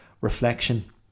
reflection